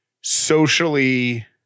socially